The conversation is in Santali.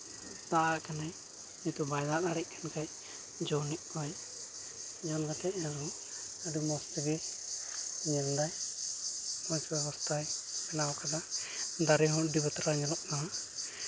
ᱫᱟᱜ ᱟᱜ ᱠᱟᱱᱟᱭ ᱱᱤᱛᱚᱜ ᱵᱟᱭ ᱫᱟᱜ ᱫᱟᱲᱮᱭᱟᱜ ᱠᱟᱱ ᱠᱷᱟᱡ ᱠᱟᱛᱮᱫ ᱟᱨᱦᱚᱸ ᱢᱚᱡᱽ ᱛᱮᱜᱮ ᱧᱮᱞᱫᱟᱭ ᱢᱚᱡᱽ ᱵᱮᱵᱚᱥᱛᱷᱟᱭ ᱵᱮᱱᱟᱣ ᱟᱠᱟᱫᱟᱭ ᱫᱟᱨᱮᱦᱚᱸ ᱟᱹᱰᱤ ᱵᱟᱛᱨᱟᱣ ᱧᱮᱞᱚᱜ ᱠᱟᱱᱟ